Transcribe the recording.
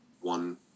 one